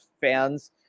fans